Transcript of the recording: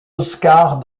oscars